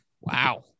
Wow